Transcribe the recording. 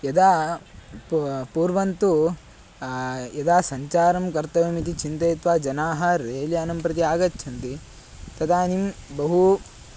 यदा पू पूर्वं तु यदा सञ्चारं कर्तव्यम् इति चिन्तयित्वा जनाः रेल्यानं प्रति आगच्छन्ति तदानीं बहु